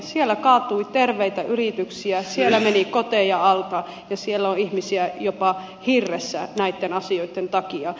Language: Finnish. siellä kaatui terveitä yrityksiä siellä meni koteja alta ja siellä on ihmisiä jopa hirressä näitten asioitten takia